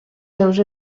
seus